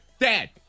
dad